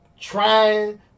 trying